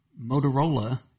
Motorola